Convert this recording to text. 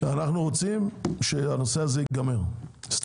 אנו רוצים שהנושא הזה יסתיים.